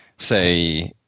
Say